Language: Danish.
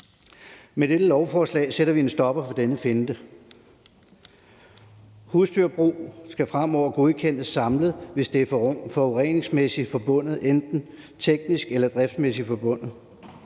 Med dette lovforslag sætter vi en stopper for denne finte. Husdyrbrug skal fremover godkendes samlet, hvis det er forureningsmæssigt forbundet, altså enten teknisk eller driftsmæssigt forbundet.